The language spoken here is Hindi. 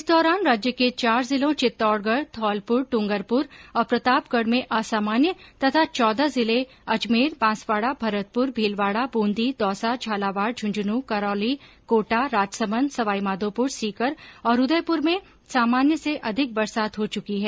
इस दौरान राज्य के चार जिलों चित्तौड़गढ धौलपुर ड्रंगरपुर और प्रतापगढ में असामान्य तथा चौदह जिले अजमेर बांसवाड़ा भरतपुर भीलवाड़ा बूंदी दौसा झालावाड़ झुंझुनू करौली कोटा राजसमंद सवाईमाघोपुर सीकर और उदयपुर में सामान्य से अधिक बरसात हो चुकी है